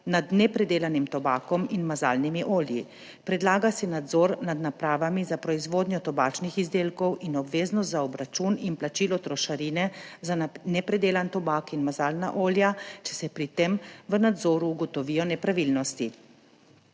nad nepredelanim tobakom in mazalnimi olji. Predlaga se nadzor nad napravami za proizvodnjo tobačnih izdelkov in obveznost za obračun in plačilo trošarine za nepredelan tobak in mazalna olja, če se pri tem v nadzoru ugotovijo nepravilnosti.